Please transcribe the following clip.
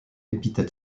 épithète